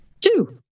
Two